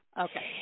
Okay